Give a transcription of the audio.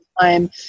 time